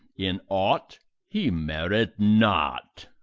in aught he merit not.